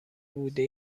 بوده